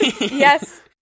Yes